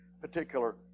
particular